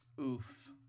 Oof